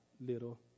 little